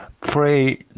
pray